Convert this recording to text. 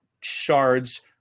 shards